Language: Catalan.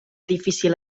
difícil